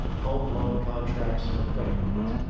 home loan contracts or credit cards.